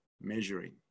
measuring